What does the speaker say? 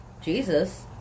Jesus